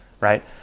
right